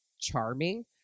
charming